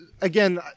Again